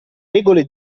regole